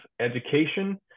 education